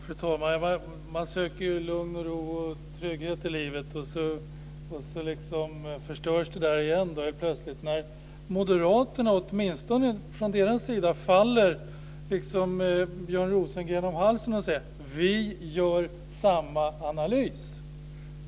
Fru talman! Man söker lugn och ro och trygghet i livet. Så förstörs det plötsligt när Moderaterna från sin sida faller och gör som Björn Rosengren sade: Vi gör samma analys.